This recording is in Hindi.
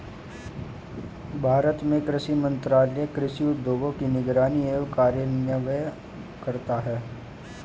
भारत में कृषि मंत्रालय कृषि उद्योगों की निगरानी एवं कार्यान्वयन करता है